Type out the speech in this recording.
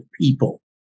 people